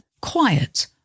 quiet